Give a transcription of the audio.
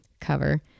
cover